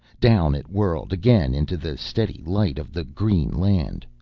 down it whirled again into the steady light of the green land.